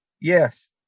Yes